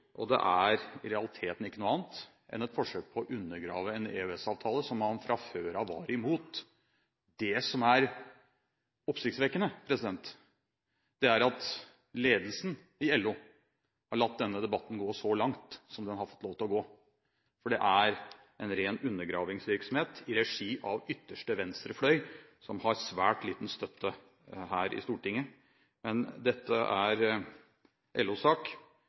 og det er i realiteten ikke noe annet enn et forsøk på å undergrave en EØS-avtale som man fra før av var imot. Det som er oppsiktsvekkende, er at ledelsen i LO har latt denne debatten gå så langt som den har fått lov til å gå. For det er en ren undergravingsvirksomhet, i regi av ytterste venstre fløy, som har svært liten støtte her i Stortinget. Men dette er